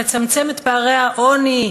תצמצם את פערי העוני,